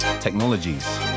technologies